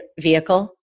vehicle